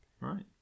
Right